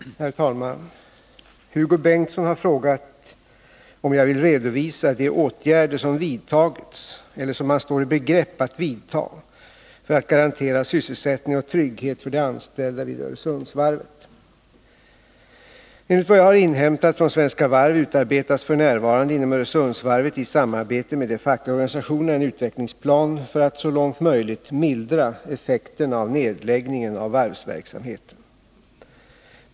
Herr talman! Hugo Bengtsson har frågat om jag vill redovisa de åtgärder som vidtagits eller som man står i begrepp att vidta för att garantera sysselsättning och trygghet för de anställda vid Öresundsvarvet. Enligt vad jag har inhämtat från Svenska Varv utarbetas f.n. inom Öresundsvarvet i samarbete med de fackliga organisationerna en utvecklingsplan för att så långt möjligt mildra effekterna av nedläggningen av varvsverksamheten.